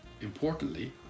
Importantly